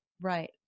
Right